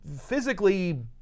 physically